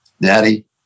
Daddy